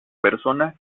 persona